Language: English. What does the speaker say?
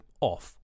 off